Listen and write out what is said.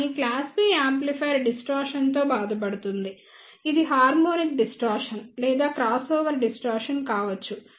కానీ class B amplifier distortion తో బాధపడుతోంది ఇది హార్మోనిక్ డిస్టార్షన్ లేదా క్రాస్ఓవర్ డిస్టార్షన్ కావచ్చు